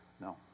No